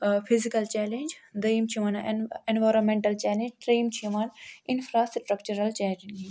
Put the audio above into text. آ physical challenge دوٚیُم چھُ یِوان ایٚن ایٚنوارامٮ۪نٹَل چیٚلینٛج ترٛیٚیِم چھُ یِوان اِنفراسٹرکچرل چیلینٛج